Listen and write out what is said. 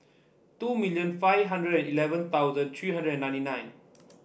two million five hundred and eleven thousand three hundred and ninety nine